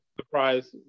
Surprise